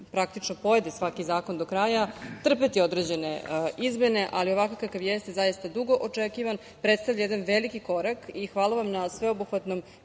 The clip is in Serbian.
praktično pojede svaki zakon do kraja trpeti određene izmene, ali ovakav kakav jeste zaista, dugo očekivan, predstavlja jedan veliki korak i hvala vam na sveobuhvatnom